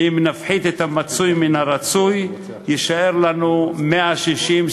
ואם נפחית את המצוי מן הרצוי יישאר לנו 160,